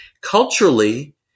culturally